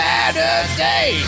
Saturday